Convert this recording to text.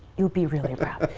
you'd be really proud.